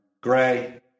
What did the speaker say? gray